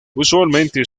usualmente